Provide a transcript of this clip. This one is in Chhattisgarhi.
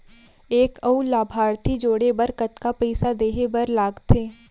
एक अऊ लाभार्थी जोड़े बर कतका पइसा देहे बर लागथे?